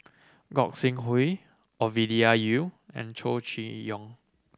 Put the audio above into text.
Gog Sing Hooi Ovidia Yu and Chow Chee Yong